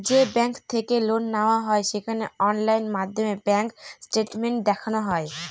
যে ব্যাঙ্ক থেকে লোন নেওয়া হয় সেখানে অনলাইন মাধ্যমে ব্যাঙ্ক স্টেটমেন্ট দেখানো হয়